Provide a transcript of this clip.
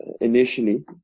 initially